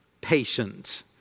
patient